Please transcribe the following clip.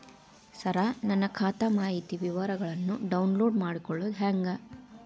ಸರ ನನ್ನ ಖಾತಾ ಮಾಹಿತಿ ವಿವರಗೊಳ್ನ, ಡೌನ್ಲೋಡ್ ಮಾಡ್ಕೊಳೋದು ಹೆಂಗ?